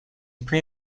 pre